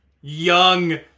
young